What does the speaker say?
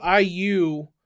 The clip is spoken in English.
IU